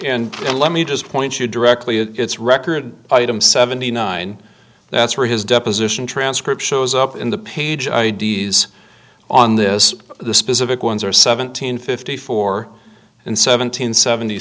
and let me just point you directly at its record item seventy nine that's where his deposition transcript shows up in the page id's on this the specific ones are seventeen fifty four and seventeen seventy